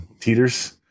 teeters